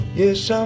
Yes